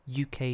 UK